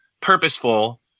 purposeful